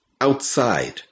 outside